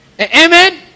Amen